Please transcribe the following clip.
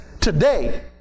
today